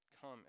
Come